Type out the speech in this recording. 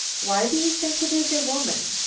why do you think it is a woman?